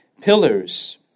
pillars